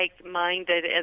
like-minded